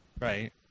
Right